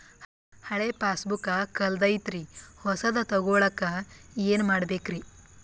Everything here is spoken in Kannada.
ಹಳೆ ಪಾಸ್ಬುಕ್ ಕಲ್ದೈತ್ರಿ ಹೊಸದ ತಗೊಳಕ್ ಏನ್ ಮಾಡ್ಬೇಕರಿ?